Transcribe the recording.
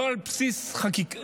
לא על בסיס חקיקה,